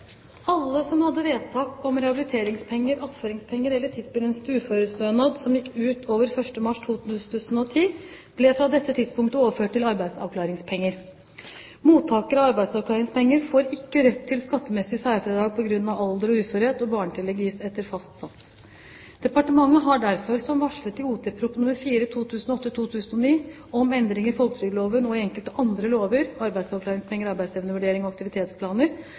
Alle som hadde vedtak om rehabiliteringspenger, attføringspenger eller tidsbegrenset uførestønad som gikk utover 1. mars 2010, ble fra dette tidspunktet overført til arbeidsavklaringspenger. Mottakere av arbeidsavklaringspenger får ikke rett til skattemessige særfradrag på grunn av alder og uførhet, og barnetillegg gis etter fast sats. Departementet har derfor, som varslet i Ot.prp. nr. 4 for 2008–2009, Om endringer i folketrygdloven og i enkelte andre lover